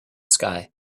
sky